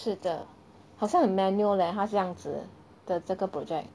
是的好像 manual leh 他这样子的这个 project